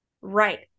Right